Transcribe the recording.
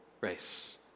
race